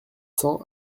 cents